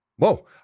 Whoa